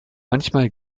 manchmal